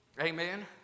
Amen